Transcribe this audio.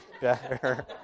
better